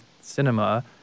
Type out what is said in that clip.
cinema